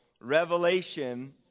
Revelation